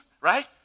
right